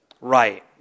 Right